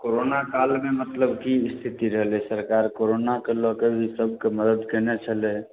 corona कालमे मतलब की स्थिति रहलै सरकार करोनाके लऽ कऽ भी सबके मदत कयने छलै